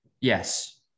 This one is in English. Yes